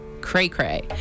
cray-cray